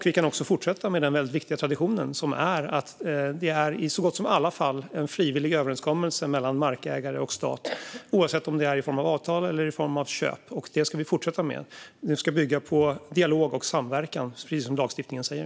Vi kan också fortsätta med den viktiga traditionen att det i så gott som alla fall är en frivillig överenskommelse mellan markägare och stat, antingen det sker i form av avtal eller i form av köp. Det ska vi fortsätta med. Det ska bygga på dialog och samverkan, precis som lagstiftningen säger.